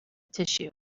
tissue